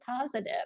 positive